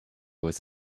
was